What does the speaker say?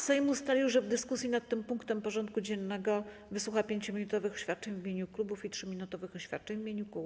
Sejm ustalił, że w dyskusji nad tym punktem porządku dziennego wysłucha 5-minutowych oświadczeń w imieniu klubów i 3-minutowych oświadczeń w imieniu kół.